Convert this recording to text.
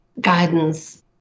guidance